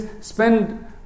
spend